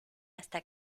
hasta